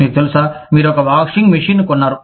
మీకు తెలుసా మీరు ఒక వాషింగ్ మెషీన్ను కొన్నారు